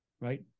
right